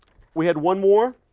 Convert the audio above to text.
we had one more